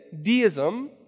deism